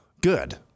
good